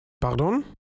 Pardon